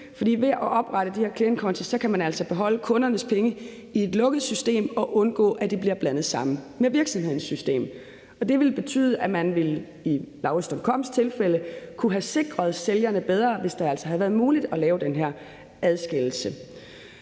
ved at oprette de her klientkonti kan man altså beholde kundernes penge i et lukket system og undgå, at det bliver blandet sammen med virksomhedens system. Det ville betyde at man i tilfældet med lauritz.com kunne have sikret sælgerne bedre, hvis det altså havde været muligt at lave den her adskillelse.